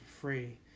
free